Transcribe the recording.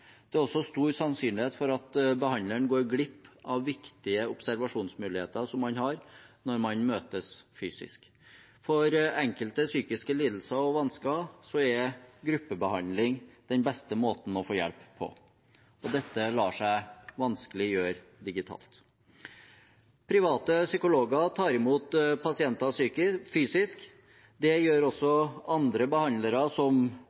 Det er også stor sannsynlighet for at behandleren går glipp av viktige observasjonsmuligheter som man har når man møtes fysisk. For enkelte psykiske lidelser og vansker er gruppebehandling den beste måten å få hjelp på, og dette lar seg vanskelig gjøre digitalt. Private psykologer tar imot pasienter fysisk. Det gjør også andre behandlere, som